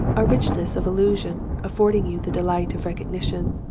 a richness of allusion affording you the delight of recognition,